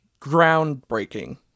groundbreaking